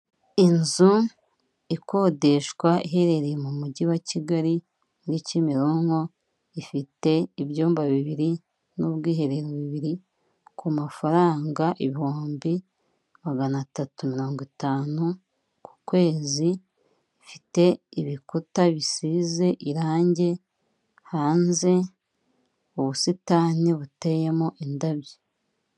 Inzu ikodeshwa iherereye mu mujyi wa Kigali muri Kimironko, ifite ibyumba bibiri n'ubwiherero bubiri, ku mafaranga ibihumbi magana atatu mirongo itanu ku kwezi, ifite ibikuta bisize irangi, hanze ubusitani buteyemo indabyo.